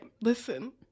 listen